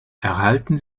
erhalten